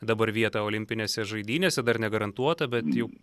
dabar vietą olimpinėse žaidynėse dar negarantuota bet jau